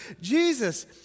Jesus